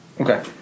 Okay